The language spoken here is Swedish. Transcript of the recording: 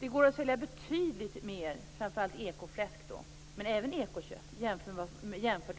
Det går att sälja betydligt mer, framför allt ekofläsk, men även ekokött, jämfört